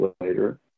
later